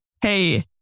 hey